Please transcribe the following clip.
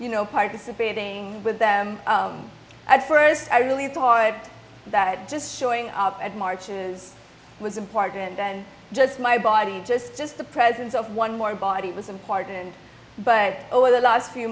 you know participating with them at first i really thought that just showing up and marches was important and just my body just just the presence of one more body was important but over the last few